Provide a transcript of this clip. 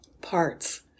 parts